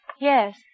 Yes